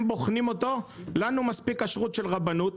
לנו מספיקה כשרות של רבנות,